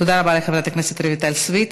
תודה רבה לחברת הכנסת רויטל סויד.